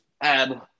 add